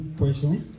questions